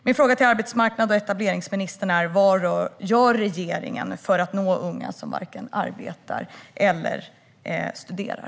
Min fråga till arbetsmarknads och etableringsministern är: Vad gör regeringen för att nå unga som varken arbetar eller studerar?